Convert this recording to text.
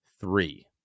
three